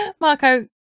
Marco